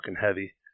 heavy